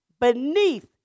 beneath